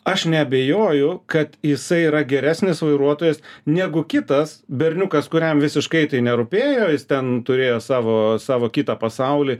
aš neabejoju kad jisai yra geresnis vairuotojas negu kitas berniukas kuriam visiškai tai nerūpėjo jis ten turėjo savo savo kitą pasaulį